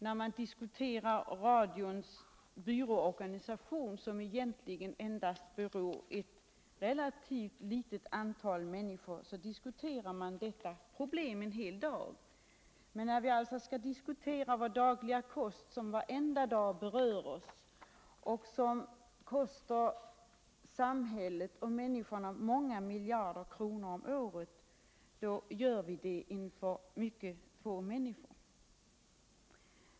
När man diskuterar radions byråorganisation, som egentligen endast berör ett relativt litet antal människor, diskuterar man detta problem en hel dag. Men när vi skall diskutera vår dagliga kost, något som berör oss alla varenda dag och som kostar samhället och människorna många miljarder kronor om året, då gör vi det inför mycket få åhörare.